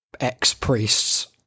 ex-priests